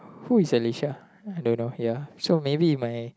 who is Alicia I don't know ya so maybe if my